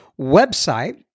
website